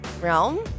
realm